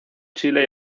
chile